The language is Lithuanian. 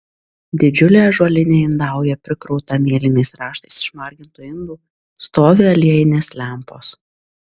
didžiulė ąžuolinė indauja prikrauta mėlynais raštais išmargintų indų stovi aliejinės lempos